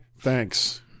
thanks